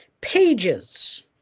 pages